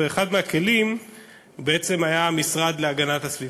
ואחד מהכלים היה המשרד להגנת הסביבה.